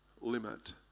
limit